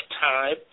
time